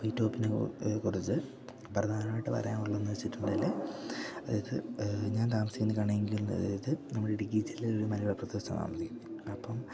അപ്പം ഈ ടോപ്പിനെ കുറിച്ചു പ്രധാനമായിട്ട് പറയാനുള്ളതെന്നു വച്ചിട്ടുണ്ടെങ്കിൽ അതായത് ഞാൻ താമസിക്കുന്നത് ആണെങ്കിൽ അതായത് നമ്മുടെ ഇടുക്കി ജില്ലയിലെ ഒരു മലയോര പ്രദേശത്താണ് താമസിക്കുന്നത് അപ്പം